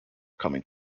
coming